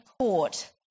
court